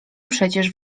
przecież